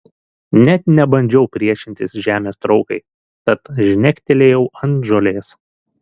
net nebandžiau priešintis žemės traukai tad žnektelėjau ant žolės